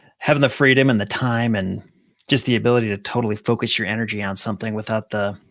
having the freedom and the time, and just the ability to totally focus your energy on something without the,